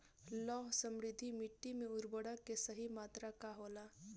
लौह समृद्ध मिट्टी में उर्वरक के सही मात्रा का होला?